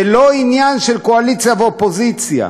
זה לא עניין של קואליציה ואופוזיציה,